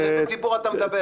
על איזה ציבור אתה מדבר?